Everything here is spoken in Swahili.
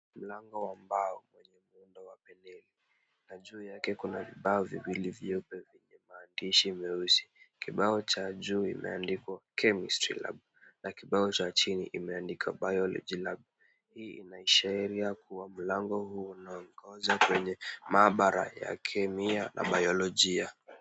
Mlango wa mbao wenye muundo wa pembeni na juu yake kuna vibao viwili vyeupe vyenye maandishi meusi. Kibao cha juu imeandikwa chemistry lab na kibao cha chini imeandikwa biology lab . Hii inaashiria kuwa mlango huu unaongoza kwenye maabara ya Kemia na Biolojia.